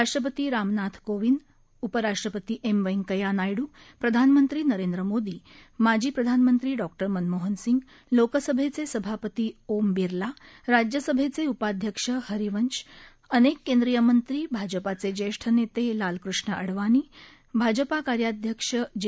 राष्ट्रपती रामनाथ कोविंद उपराष्ट्रपती एम व्यंकय्या नायडू प्रधानमंत्री नरेंद्र मोदी माजी प्रधानमंत्री डॉक्टर मनमोहन सिंग लोकसभेचे सभापती ओम बिर्ला राज्यसभेचे उपाध्यक्ष हरिवंश अनेक केंद्रीय मंत्री भाजपाचे ज्येष्ठ नेते लालकृष्ण अडवाणी भाजपा कार्याध्यक्ष जे